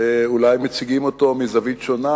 אולי מציגים אותו מזווית שונה,